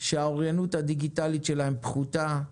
שהאוריינות הדיגיטלית שלהם פחותה,